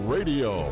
Radio